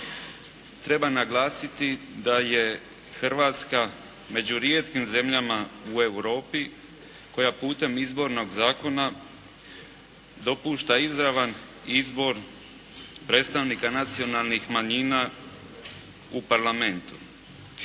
Treba naglasiti da je Hrvatska među rijetkim zemljama U Europi koja putem izbornog zakona dopušta izravan izbor predstavnika nacionalnih manjina u Parlamentu.